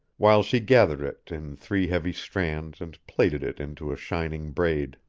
while she gathered it in three heavy strands and plaited it into a shining braid.